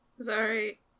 sorry